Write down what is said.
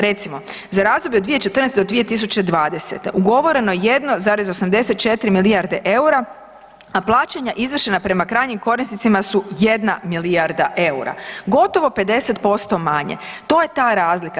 Recimo za razdoblje od 2014.-2020., ugovoreno je 1,84 milijarde eura, a plaćanja izvršena prema krajnjim korisnicima su jedna milijarda eura, gotovo 50% manje, to je ta razlika.